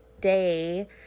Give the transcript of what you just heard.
day